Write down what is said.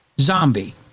zombie